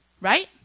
right